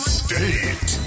state